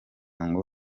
ngo